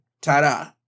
ta-da